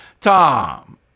Tom